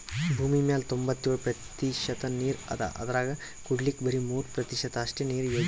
ಭೂಮಿಮ್ಯಾಲ್ ತೊಂಬತ್ತೆಳ್ ಪ್ರತಿಷತ್ ನೀರ್ ಅದಾ ಅದ್ರಾಗ ಕುಡಿಲಿಕ್ಕ್ ಬರಿ ಮೂರ್ ಪ್ರತಿಷತ್ ಅಷ್ಟೆ ನೀರ್ ಯೋಗ್ಯ್ ಅದಾ